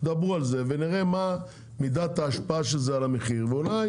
תדברו על זה ונראה מה מידת ההשפעה של זה על המחיר ואולי